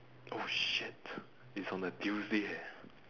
oh shit it's on a Tuesday eh